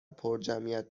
پرجمعیت